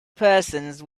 persons